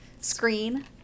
screen